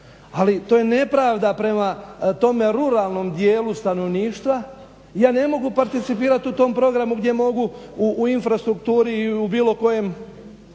Ali to je nepravda prema tome ruralnom dijelu stanovništva. Ja ne mogu participirati u tom programu gdje mogu u infrastrukturi i u bilo kojem